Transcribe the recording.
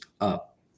up